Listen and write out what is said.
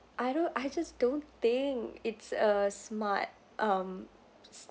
I don't I just don't think it's a smart um